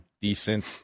decent